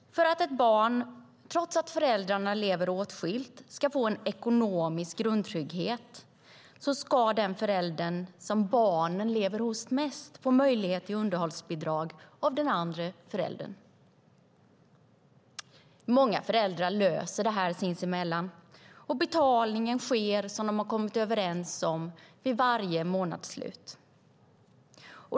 För att ett barn, trots att föräldrarna lever åtskilt, ska få en ekonomisk grundtrygghet ska den föräldern som barnen mest lever hos få möjlighet till underhållsbidrag av den andra föräldern. Många föräldrar löser det sinsemellan, och betalningen sker på det sätt de kommit överens om vid varje månadsslut.